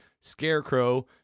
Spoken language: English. Scarecrow